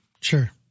Sure